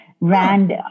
Rand